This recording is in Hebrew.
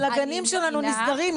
אבל הגנים שלנו נסגרים,